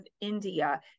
India